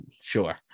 Sure